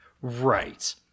Right